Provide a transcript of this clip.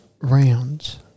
rounds